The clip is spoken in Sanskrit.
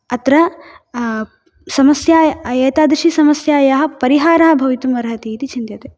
अत्र समस्या एतादृशी समस्यायाः परिहारः भवितुम् अर्हति इति चिन्त्यते